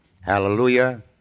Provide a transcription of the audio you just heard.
Hallelujah